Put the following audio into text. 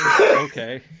Okay